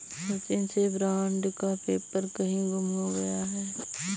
सचिन से बॉन्ड का पेपर कहीं गुम हो गया है